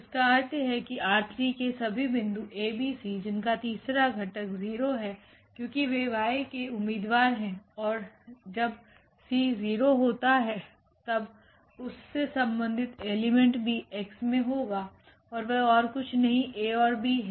इसका अर्थ है कि ℝ3 के सभी बिंदु 𝑎𝑏𝑐 जिनका तीसरा घटक 0 है क्योंकि वे Y के उम्मीदवार हैं और जब c 0 होता है तब उससे संबन्धित एलिमेंट भी X मे होगाऔर वह ओर कुछ नहीं 𝑎औरb है